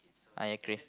I agree